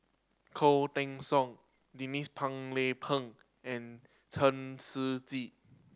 Khoo Teng Soon Denise Phua Lay Peng and Chen Shiji